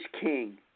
king